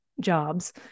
jobs